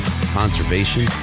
conservation